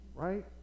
Right